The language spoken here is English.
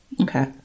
Okay